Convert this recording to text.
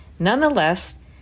Nonetheless